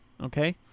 okay